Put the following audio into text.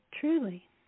truly